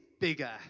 bigger